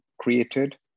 created